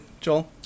Joel